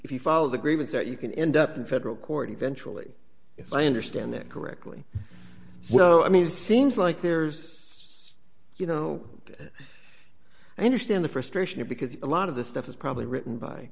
if you follow the grievance that you can end up in federal court eventually if i understand it correctly so i mean it seems like there's you know i understand the frustration because a lot of the stuff is probably written by